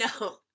No